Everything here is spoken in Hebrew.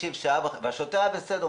השוטר היה בסדר.